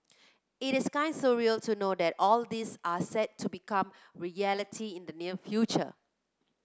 it is kind surreal to know that all this are set to become reality in the near future